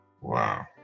Wow